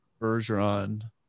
Bergeron